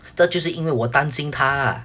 这就是因为我担心她